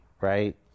right